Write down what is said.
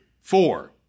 Four